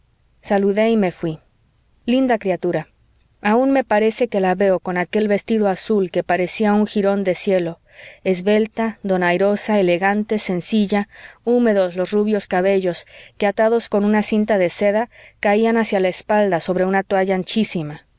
saludé y me fuí linda criatura aun me parece que la veo con aquel vestido azul que parecía un jirón de cielo esbelta donairosa elegante sencilla húmedos los rubios cabellos que atados con una cinta de seda caían hacia la espalda sobre una toalla anchísima